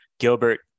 Gilbert